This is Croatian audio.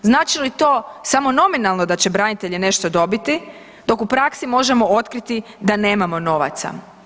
Znači li to samo nominalno da će branitelji nešto dobiti, dok u praksi možemo otkriti da nemamo novaca?